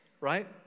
right